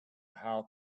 how